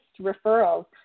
referrals